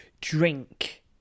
drink